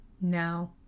No